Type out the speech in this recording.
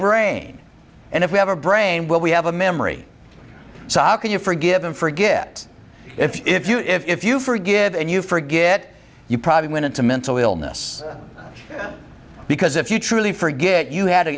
brain and if we have a brain will we have a memory socket you forgive and forget if you if you forgive and you forget you probably went into mental illness because if you truly forget you had to